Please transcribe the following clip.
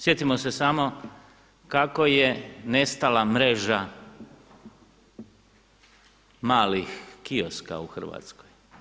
Sjetimo se samo kako je nestala mreža malih kioska u Hrvatskoj.